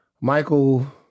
Michael